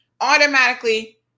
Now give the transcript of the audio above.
automatically